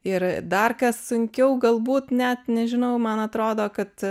ir dar kas sunkiau galbūt net nežinau man atrodo kad